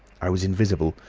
i was invisible,